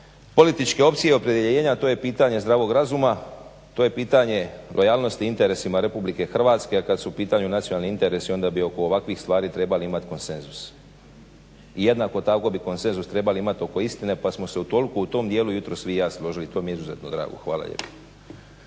političke opcije i opredjeljenja, to je pitanje zdravog razuma, to je pitanje lojalnosti interesima Republike Hrvatske, a kad su u pitanju nacionalni interesi onda bi oko ovakvih stvari trebali imat konsenzus. I jednako tako bi konsenzus trebali imati oko istine, pa smo se utoliko u tom dijelu jutros vi i ja složili. To mi je izuzetno drago. Hvala lijepo.